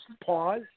pause